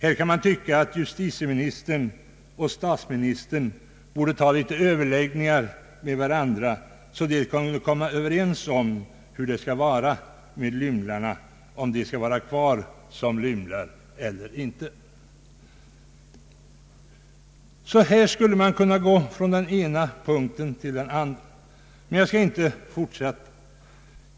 Här kan man tycka, att justitieministern och statsministern borde ha en del överläggningar med varandra så att de kunde komma överens om hur det skall vara med ”lymlarna” — om dessa skall vara kvar som lymlar eller inte. På detta sätt skulle jag kunna gå från den ena punkten till den andra, men jag skall inte fortsätta.